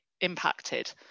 impacted